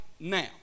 Now